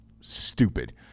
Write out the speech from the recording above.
stupid